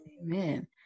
amen